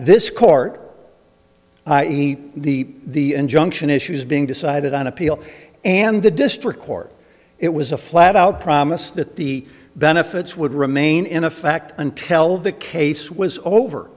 court the injunction issues being decided on appeal and the district court it was a flat out promise that the benefits would remain in effect and tell the case was over